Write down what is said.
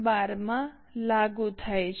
12 માં લાગુ થાય છે